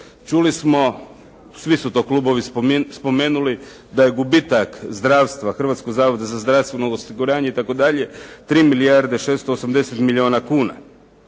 Čuli smo, svi su to klubovi spomenuli da je gubitak zdravstva Hrvatskog zavoda za zdravstveno osiguranje itd. 3 milijarde 680 milijuna kuna,